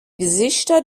gesichter